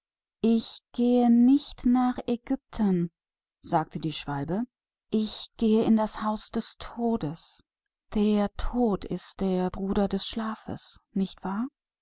ich gehe nicht nach ägypten sagte der schwälberich ich gehe in das haus des todes der tod ist der bruder des schlafes nicht wahr